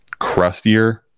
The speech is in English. crustier